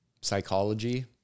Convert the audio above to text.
psychology